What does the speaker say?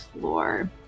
floor